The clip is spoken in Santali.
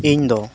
ᱤᱧᱫᱚ